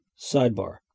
Sidebar